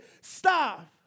stop